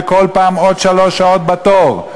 וכל פעם עוד שלוש שעות בתור.